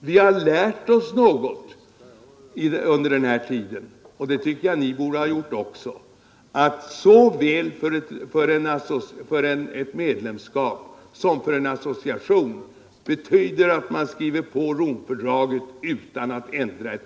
Vi har lärt oss något under den här tiden, och det tycker jag att ni nämligen att såväl ett medlemskap som en borde ha gjort också association betyder att man skriver på Romfördraget utan att ändra ett